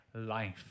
life